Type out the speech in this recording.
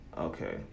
Okay